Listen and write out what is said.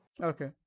Okay